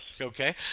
okay